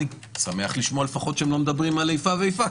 אני שמח לפחות לשמוע שהם לא מדברים על איפה ואיפה,